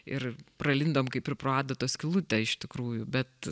ir pralindom kaip ir pro adatos skylutę iš tikrųjų bet